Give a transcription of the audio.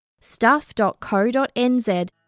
Stuff.co.nz